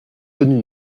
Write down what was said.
tenu